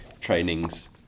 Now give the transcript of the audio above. training's